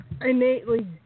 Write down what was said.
innately